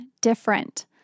different